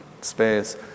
space